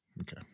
Okay